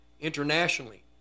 internationally